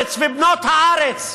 הארץ ובנות הארץ,